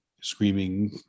screaming